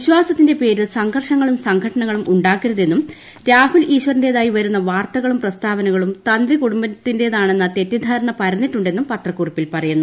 വിശ്വാസത്തിന്റെ പേരിൽ സംഘർഷങ്ങളും സംഘട്ടനങ്ങളും ഉണ്ടാക്കരുതെന്നും രാഹുൽ ഈശ്വറിന്റേതായി വരുന്ന വാർത്തകളും പ്രസ്താവനകളും തന്ത്രികുടുംബത്തിന്റേതാണെന്ന തെറ്റിദ്ധാരണ പരന്നിട്ടുണ്ടെന്നും പത്രക്കുറിപ്പിൽ പറയുന്നു